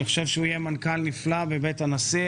אני חושב שהוא יהיה מנכ"ל נפלא בבית הנשיא.